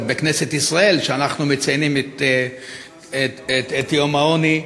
בכנסת ישראל שאנחנו מציינים את יום העוני,